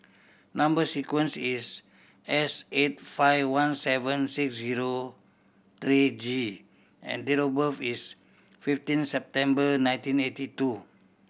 number sequence is S eight five one seven six zero three G and date of birth is fifteen September nineteen eighty two